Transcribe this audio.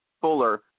Fuller